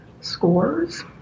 scores